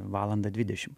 valandą dvidešim